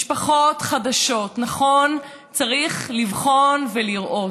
משפחות חדשות, נכון, צריך לבחון ולראות.